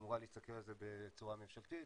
אמורה להסתכל על זה בצורה ממשלתית.